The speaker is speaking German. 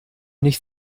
nicht